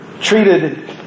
treated